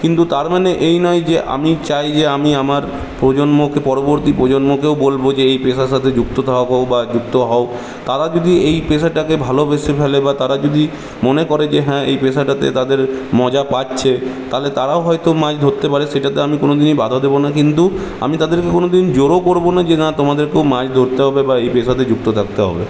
কিন্তু তার মানে এই নয় যে আমি চাই যে আমি আমার প্রজন্মকে পরবর্তী প্রজন্মকেও বলবো যে এই পেশার সাথে যুক্ত থাকুক বা যুক্ত হও তারা যদি এই পেশাটাকে ভালবেসে ফেলে বা তারা যদি মনে করে যে হ্যাঁ এই পেশাটাতে তাদের মজা পাচ্ছে তাহলে তারাও হয়তো মাছ ধরতে পারে সেটাতে আমি কোনদিনই বাঁধা দেবো না কিন্ত আমি তাদেরকে কোন দিন জোরও করবো না যে তোমাদেরকেও মাছ ধরতে হবে বা এই পেশাতে যুক্ত থাকতে হবে